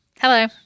Hello